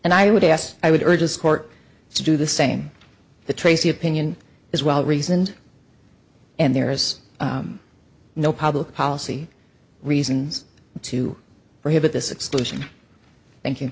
and i would ask i would urge as court to do the same the tracy opinion is well reasoned and there's no public policy reasons to prohibit this explosion thank you